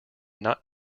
not